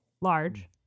Large